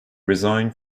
resign